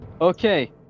Okay